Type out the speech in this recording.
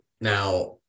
now